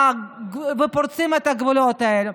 ופורצים את הגבולות האלה.